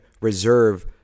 reserve